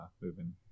moving